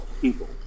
people